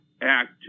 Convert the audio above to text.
act